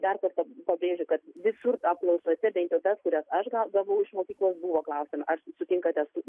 dar kartą pabrėžiu kad visur apklausose bent jau tas kurias aš gaudavau iš mokyklos buvo klausiama ar sutinkate su